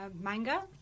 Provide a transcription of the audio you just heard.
manga